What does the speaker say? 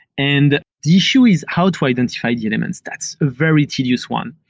and the issue is how to identify the elements. that's a very tedious one.